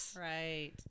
right